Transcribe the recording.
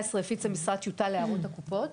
בשנת 2019 הפיץ המשרד טיוטה להערות הקופות,